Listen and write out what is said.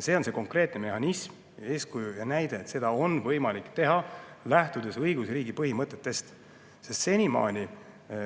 see on konkreetne mehhanism ja eeskuju, et seda on võimalik teha, lähtudes õigusriigi põhimõtetest. Senimaani